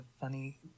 funny